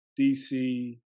DC